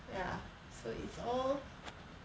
ya so it's all